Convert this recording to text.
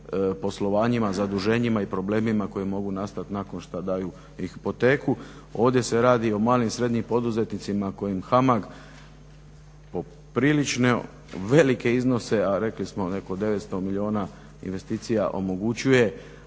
poslovanjima zaduženjima i problemima koje mogu nastati nakon šta daju na hipoteku ovdje se radi o malim i srednjim poduzetnicima kojim HAMAG poprilično velike iznose, a rekli smo 900 milijuna investicija omogućuje